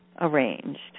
arranged